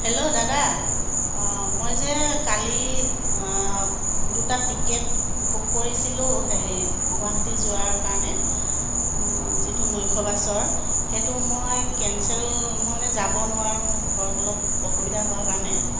hello দাদা মই যে কালি দুটা টিকেট বুক কৰিছিলো হেৰি গুৱাহাটী যোৱাৰ কাৰণে যিটো নৈশ বাছৰ সেইটো মই কেঞ্চেল মই মানে যাব নোৱাৰো মোৰ ঘৰত অলপ অসুবিধা হোৱা কাৰণে